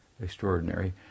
extraordinary